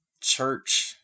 church